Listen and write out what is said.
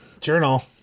journal